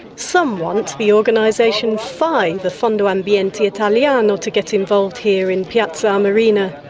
some want the organisation fai, the fondo ambiente italiano, to get involved here in piazza armerina.